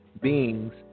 beings